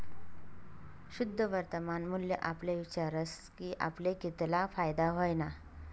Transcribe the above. शुद्ध वर्तमान मूल्य आपले विचारस की आपले कितला फायदा व्हयना